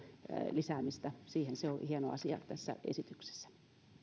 lisäämistä siihen se on hieno asia tässä esityksessä